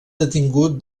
detingut